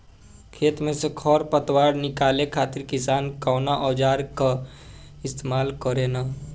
खेत में से खर पतवार निकाले खातिर किसान कउना औजार क इस्तेमाल करे न?